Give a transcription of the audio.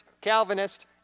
Calvinist